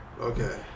Okay